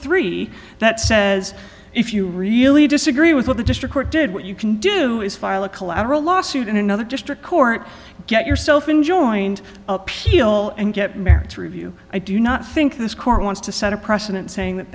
three that says if you really disagree with what the district court did what you can do is file a collateral lawsuit in another district court get yourself in joint appeal and get merits review i do not think this court wants to set a precedent saying that